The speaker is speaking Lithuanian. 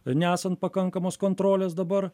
nesant pakankamos kontrolės dabar